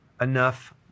enough